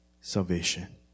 salvation